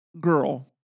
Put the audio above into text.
girl